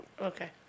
Okay